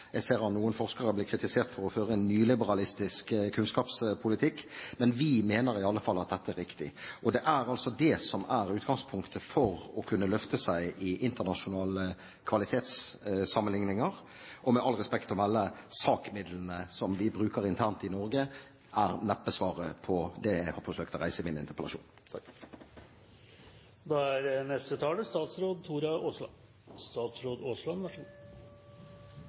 jeg ser at hun av noen forskere blir kritisert for å føre en nyliberalistisk kunnskapspolitikk. Men vi mener i alle fall at dette er riktig. Det er altså det som er utgangspunktet for å kunne løfte seg i internasjonale kvalitetssammenligninger. Med all respekt: SAK-midlene som vi bruker internt i Norge, er neppe svaret på det jeg har forsøkt å reise i min interpellasjon.